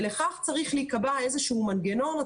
לכך צריך להיקבע איזשהו מנגנון.